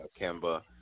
Kemba